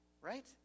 Right